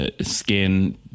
skin